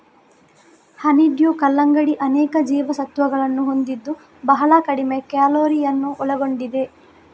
honeydew ಕಲ್ಲಂಗಡಿ ಅನೇಕ ಜೀವಸತ್ವಗಳನ್ನು ಹೊಂದಿದ್ದು ಬಹಳ ಕಡಿಮೆ ಕ್ಯಾಲೋರಿಯನ್ನು ಒಳಗೊಂಡಿದೆ